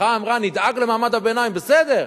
המחאה אמרה: נדאג למעמד הביניים, בסדר,